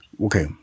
Okay